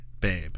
Babe